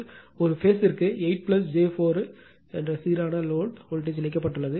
ஒரு பேஸ்த்திற்கு 8 j 4 சீரான லோடு க்கு வோல்டேஜ் இணைக்கப்பட்டுள்ளது